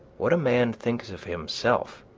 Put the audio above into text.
what a man thinks of himself,